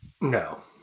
No